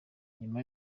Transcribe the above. nyuma